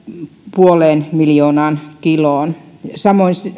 puoleen miljoonaan kiloon samoin